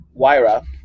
Waira